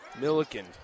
Milliken